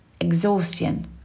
exhaustion